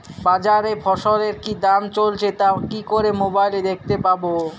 বাজারে ফসলের কি দাম চলছে তা কি করে মোবাইলে দেখতে পাবো?